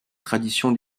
tradition